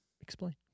Explain